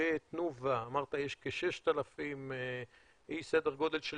בתנובה אמרת יש כ-6,000 איש סדר גודל של